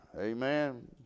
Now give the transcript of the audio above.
Amen